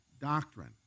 doctrine